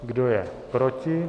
Kdo je proti?